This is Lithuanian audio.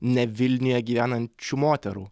ne vilniuje gyvenančių moterų